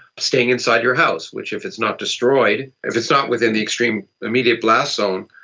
staying inside your house, which if it's not destroyed, if it's not within the extreme immediate blast zone,